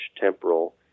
temporal